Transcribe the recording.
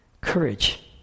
Courage